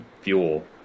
fuel